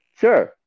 Sure